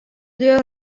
lju